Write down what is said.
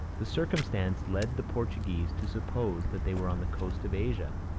the circumstance led the portuguese to suppose that they were on the coast of asia,